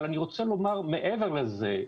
אבל אני רוצה לומר מעבר לזה,